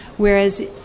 Whereas